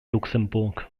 luxemburg